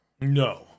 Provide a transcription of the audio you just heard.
No